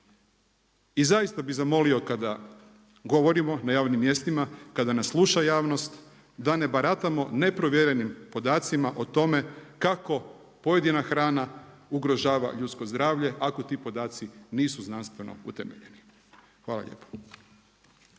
I zaista bi zamolio kada govorimo na javnim mjestima, kada nas sluša javnost da ne baratamo neprovjerenim podacima o tome kako pojedina hrana ugrožava ljudsko zdravlje ako ti podaci nisu znanstveno utemeljeni. Hvala lijepo.